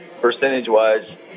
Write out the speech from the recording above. percentage-wise